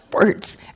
words